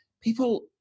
people